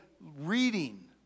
reading